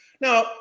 Now